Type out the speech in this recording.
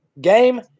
Game